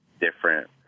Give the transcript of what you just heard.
different